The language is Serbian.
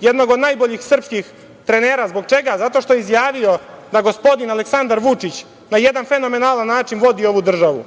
jednog od najboljih srpskih trenera. Zbog čega? Zato što je izjavio da gospodin Aleksandar Vučić na jedan fenomenalan način vodi ovu državu.